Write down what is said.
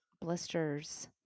Blisters